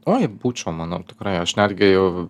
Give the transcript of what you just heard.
oi būčiau manau tikrai aš netgi jau